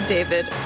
David